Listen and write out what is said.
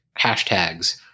hashtags